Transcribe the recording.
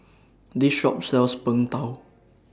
This Shop sells Png Tao